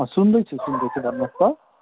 अँ सुन्दैछु सुन्दैछु भन्नुहोस् त